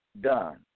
done